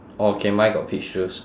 okay mine got peach juice